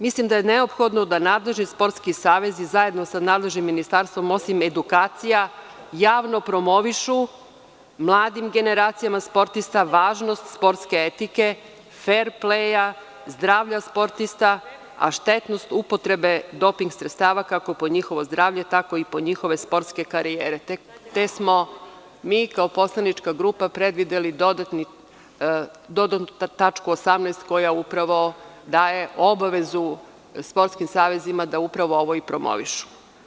Mislim da je neophodno da nadležni sportski savezi zajedno sa nadležnim ministarstvom, osim edukacija, javno promovišu mladim generacijama sportista važnost sportske etike, fer-pleja, zdravlja sportista, a štetnost upotrebe doping sredstava, kako po njihovo zdravlje, tako i po njihove sportske karijere, te smo mi kao poslanička grupa predvideli dodatnu tačku 18. koja upravo daje obavezu sportskim savezima da upravo ovo i promovišu.